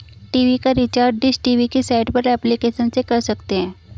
TV का recharge dish TV की site या एप्लीकेशन से कर सकते है